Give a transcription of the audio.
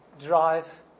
drive